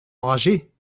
enragé